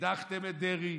הדחתם את דרעי,